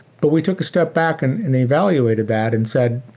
but we took a step back and and evaluated that and said,